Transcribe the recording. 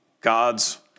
God's